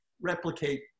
replicate